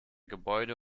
gebäude